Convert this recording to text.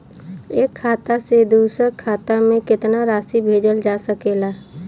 एक खाता से दूसर खाता में केतना राशि भेजल जा सके ला?